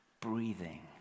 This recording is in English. breathing